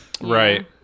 right